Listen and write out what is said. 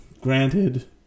granted